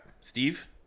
Steve